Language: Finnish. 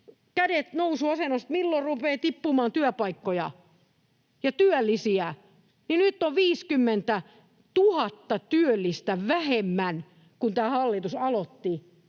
kädet nousuasennossa, milloin rupeaa tippumaan työpaikkoja ja työllisiä, niin nyt on 50 000 työllistä vähemmän kuin silloin kun tämä hallitus aloitti.